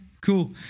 cool